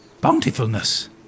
bountifulness